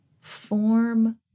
form